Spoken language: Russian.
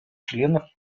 членов